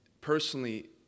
personally